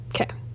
Okay